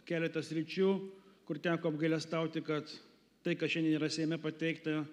keletą sričių kur teko apgailestauti kad tai kas šiandien yra seime pateikta